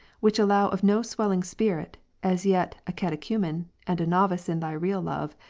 which allow of no swelling spirit, as yet a cate a chumen, and a novice in thy real love,